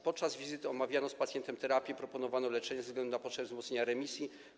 Podczas wizyt omawiano z pacjentem terapię, proponowano leczenie ze względu na potrzeby wzmocnienia remisji.